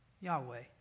Yahweh